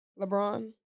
LeBron